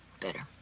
better